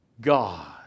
God